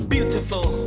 Beautiful